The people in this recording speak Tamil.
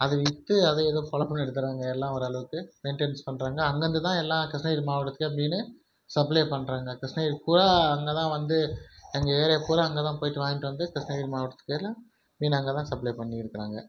அதை விற்று அதை ஏதோ பொழைப்பு நடத்துகிறாங்க எல்லாம் ஓரளவுக்கு மெயின்டைன்ஸ் பண்ணுறாங்க அங்கேருந்து தான் எல்லாம் கிருஷ்ணகிரி மாவட்டத்துக்கே மீன் சப்ளை பண்ணுறாங்க கிருஷ்ணகிரி பூரா அங்கே தான் வந்து எங்கள் ஏரியா பூரா அங்கே தான் போயிட்டு வாங்கிட்டு வந்து கிருஷ்ணகிரி மாவட்டத்து பேரில் மீன் அங்கே தான் சப்ளை பண்ணியிருக்குறாங்க